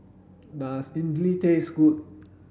does Idili taste good